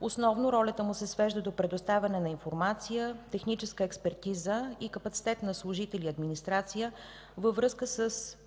Основно ролята му се свежда до предоставяне на информация, техническа експертиза и капацитет на служители и администрация във връзка с изгражданите